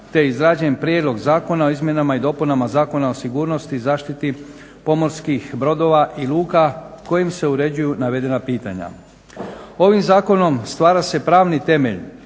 je izrađen Prijedlog zakona o izmjenama i dopunama Zakona o sigurnosti i zaštiti pomorskih brodova i luka kojim se uređuju navedena pitanja. Ovim zakonom stvara se pravni temelj